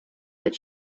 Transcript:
that